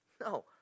No